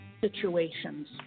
situations